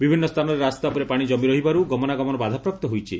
ବିଭିନ୍ନ ସ୍ଥାନରେ ରାସ୍ତା ଉପରେ ପାଶି ଜମି ରହିଥିବାରୁ ଗମନାଗମନ ବାଧାପ୍ରାପ୍ତ ହୋଇଛି